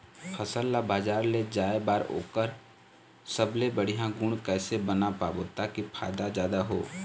फसल ला बजार ले जाए बार ओकर सबले बढ़िया गुण कैसे बना पाबो ताकि फायदा जादा हो?